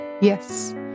Yes